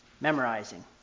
memorizing